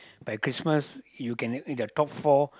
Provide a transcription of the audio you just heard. by Christmas you can add in their top four